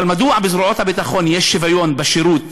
אבל מדוע בזרועות הביטחון יש שוויון בשירות